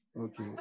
Okay